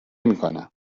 نمیکنم